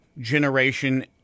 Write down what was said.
generation